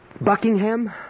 Buckingham